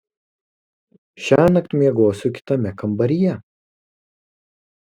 šiąnakt miegosiu kitame kambaryje